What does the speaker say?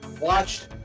watched